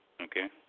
Okay